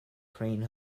crane